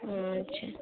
আচ্ছা